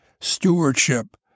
stewardship